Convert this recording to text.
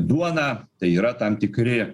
duona tai yra tam tikri